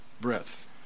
Breath